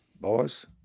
boys